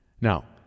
Now